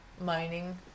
mining